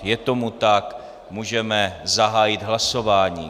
Je tomu tak, můžeme zahájit hlasování.